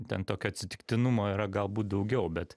ten tokio atsitiktinumo yra galbūt daugiau bet